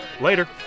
Later